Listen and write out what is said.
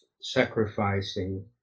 sacrificing